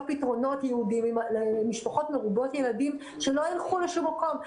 פתרונות ייעודיים למשפחות מרובות ילדים שלא ילכו לשום מקום.